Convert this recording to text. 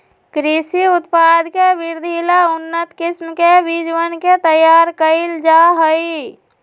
कृषि उत्पाद के वृद्धि ला उन्नत किस्म के बीजवन के तैयार कइल जाहई